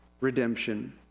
redemption